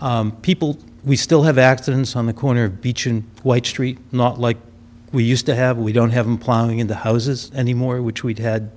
worse people we still have accidents on the corner beechen white street not like we used to have we don't have been plowing into houses any more which we've had